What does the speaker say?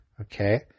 Okay